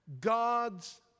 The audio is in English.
God's